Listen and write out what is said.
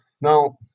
now